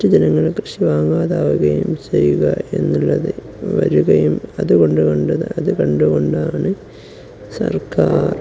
മറ്റു ജനങ്ങൾ കൃഷി വാങ്ങാതാവുകയും ചെയ്യുക എന്നുള്ളതു വരികയും അതു കണ്ടുകണ്ട് അതു കണ്ടുകൊണ്ടാണ് സർക്കാർ